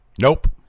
Nope